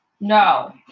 No